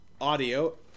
Audio